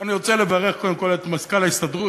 אני רוצה לברך קודם כול את מזכ"ל ההסתדרות,